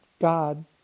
God